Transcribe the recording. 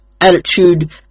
attitude